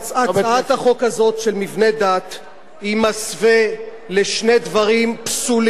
היא מסווה לשני דברים פסולים,